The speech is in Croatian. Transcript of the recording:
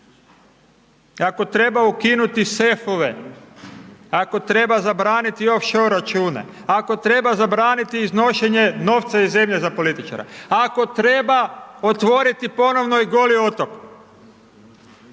Ako treba ukinuti sefove, ako treba zabraniti offshore račune, ako treba zabraniti iznošenje novca iz zemlje za političara, ako treba otvoriti ponovno i Goli otok.